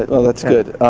like oh, that's good.